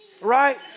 right